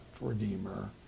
redeemer